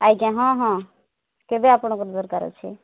ଆଜ୍ଞା ହଁ ହଁ କେବେ ଆପଣଙ୍କର ଦରକାର ଅଛି